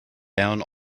down